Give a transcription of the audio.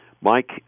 Mike